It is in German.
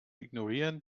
ignorieren